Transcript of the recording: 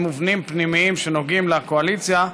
מובנים פנימיים שנוגעים לקואליציה,